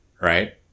right